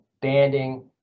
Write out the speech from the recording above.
banding